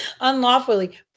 unlawfully